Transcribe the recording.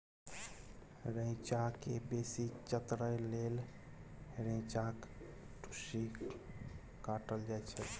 रैंचा केँ बेसी चतरै लेल रैंचाक टुस्सी काटल जाइ छै